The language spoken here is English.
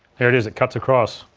there it is, it cuts across,